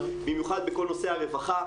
במיוחד בכל נושא הרווחה,